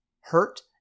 hurt